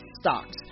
stocks